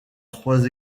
trois